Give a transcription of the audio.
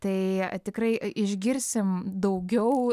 tai tikrai išgirsim daugiau